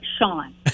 Sean